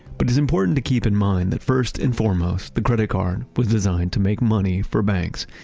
but it's important to keep in mind that first and foremost, the credit card was designed to make money for banks,